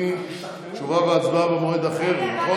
התשפ"א 2021 לוועדת הכלכלה נתקבלה.